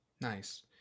nice